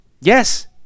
Yes